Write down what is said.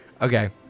Okay